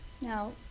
Now